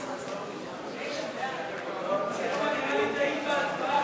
סעיפים 1 2 נתקבלו.